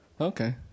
Okay